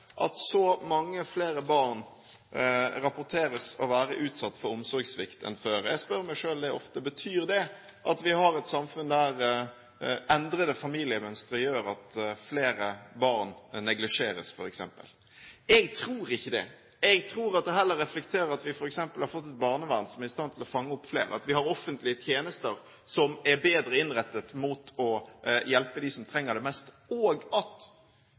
at så mange flere barn rapporteres å være utsatt for omsorgssvikt enn før. Jeg spør meg selv ofte om det betyr at vi har et samfunn der endrede familiemønstre gjør at flere barn neglisjeres, f.eks. Jeg tror ikke det. Jeg tror at det heller reflekterer at vi f.eks. har fått et barnevern som er i stand til å fange opp flere, at vi har offentlige tjenester som er bedre innrettet mot å hjelpe dem som trenger det mest, og at